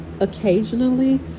occasionally